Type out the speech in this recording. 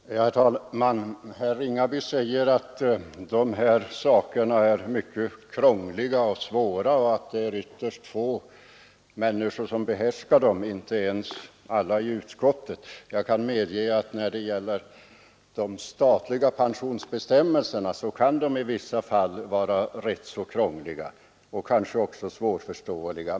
Herr talman! Herr Ringaby säger att dessa bestämmelser är mycket krångliga och svåra samt att ytterst få människor behärskar dem, inte ens alla i utskottet. Jag kan medge att de statliga pensionsbestämmelserna i vissa fall kan vara rätt så krångliga och kanske också svårförståeliga.